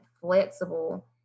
flexible